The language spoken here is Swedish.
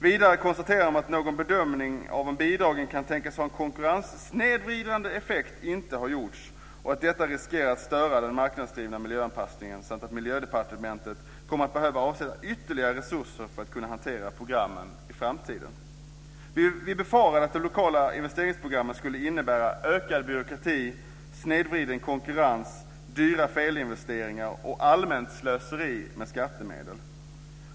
Vidare konstaterar man att någon bedömning av om bidragen kan tänkas ha konkurrenssnedvridande effekter inte har gjorts och att detta riskerar att störa den marknadsdrivna miljöanpassningen samt att Miljödepartementet kommer att behöva avsätta ytterligare resurser för att kunna hantera programmen i framtiden. Vi befarade att de lokala investeringsprogrammen skulle innebära ökad byråkrati, snedvriden konkurrens, dyra felinvesteringar och allmänt slöseri med skattemedel.